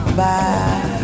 bye